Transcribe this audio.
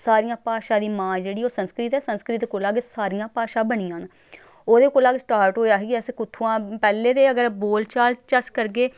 सारियां भाशा दी मां जेह्ड़ी ओह् संस्कृत ऐ संस्कृत कोला गै सारियां भाशा बनियां न ओह्दे कोला गै स्टार्ट होएआ हा कि असें कु'त्थुआं पैह्लें ते अगर बोलचाल च अस करगे